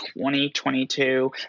2022